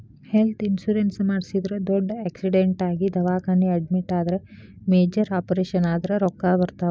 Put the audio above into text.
health insurance ಮಾಡಿಸಿದ್ರ ದೊಡ್ಡ್ accident ಆಗಿ ದವಾಖಾನಿ ಅಡ್ಮಿಟ್ ಆದ್ರ ಮೇಜರ್ ಆಪರೇಷನ್ ಆದ್ರ ರೊಕ್ಕಾ ಬರ್ತಾವ